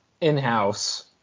in-house